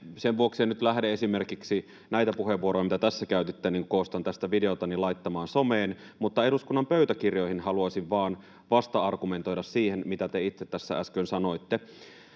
sen vuoksi en nyt lähde esimerkiksi näitä puheenvuoroja, mitä tässä käytitte, laittamaan someen, kun koostan tästä videota, mutta eduskunnan pöytäkirjoihin haluaisin vain vasta-argumentoida siihen, mitä te itse tässä äsken sanoitte.